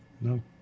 No